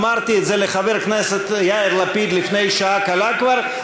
אמרתי את זה לחבר הכנסת יאיר לפיד לפני שעה קלה כבר,